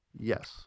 Yes